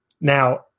Now